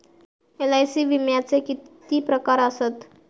LIC विम्याचे किती प्रकार आसत?